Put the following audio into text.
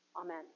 Amen